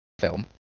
film